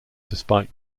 despite